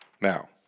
now